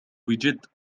بجد